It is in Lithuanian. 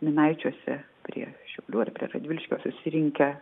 minaičiuose prie šiaulių radviliškio susirinkę